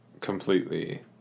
completely